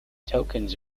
tokens